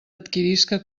adquirisca